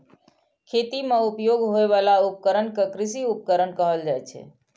खेती मे उपयोग होइ बला उपकरण कें कृषि उपकरण कहल जाइ छै